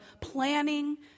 planning